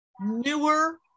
newer